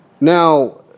Now